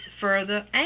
further